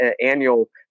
annual